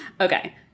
okay